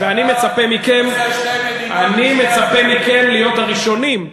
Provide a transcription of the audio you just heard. אני מצפה מכם להיות הראשונים,